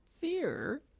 Fear